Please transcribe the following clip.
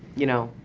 you know,